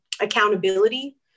accountability